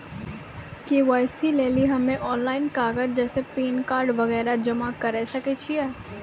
KYC लेली हम्मय online कागज जैसे पैन कार्ड वगैरह जमा करें सके छियै?